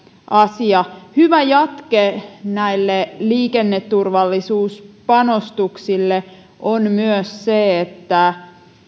asia hyvä jatke näille liikenneturvallisuuspanostuksille on myös se että